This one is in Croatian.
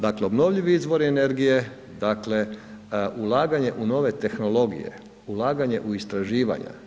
Dakle, obnovljivi izvori energije, dakle ulaganje u nove tehnologije, ulaganje u istraživanja.